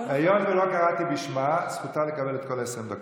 היות שלא קראתי בשמה, זכותה לקבל את כל ה-20 דקות.